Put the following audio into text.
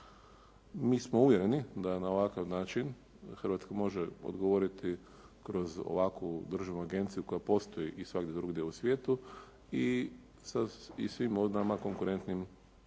Mi smo uvjereni da na ovakav način Hrvatska može odgovoriti kroz ovakvu državnu agenciju koja postoji i svagdje drugdje u svijetu i svim nama konkurentnim